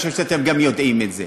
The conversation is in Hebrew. אני חושב שאתם גם יודעים את זה.